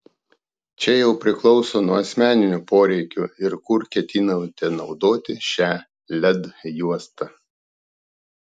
čia jau priklauso nuo asmeninių poreikių ir kur ketinate naudoti šią led juostą